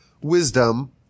wisdom